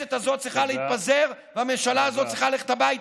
הכנסת הזאת צריכה להתפזר והממשלה הזאת צריכה ללכת הביתה.